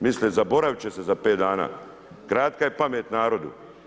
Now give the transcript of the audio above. Misle zaboravit će se za pet dana. kratka je pamet narodu.